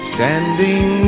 Standing